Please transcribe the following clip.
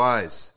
Wise